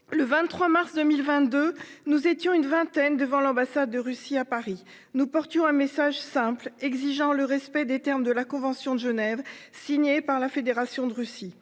Le 23 mars 2022. Nous étions une vingtaine devant l'ambassade de Russie à Paris nous porte sur un message simple exigeant le respect des termes de la Convention de Genève, signé par la Fédération de Russie.